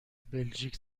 بلژیک